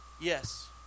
Yes